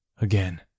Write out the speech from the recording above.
Again